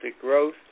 growth